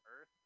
Earth